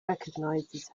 recognizes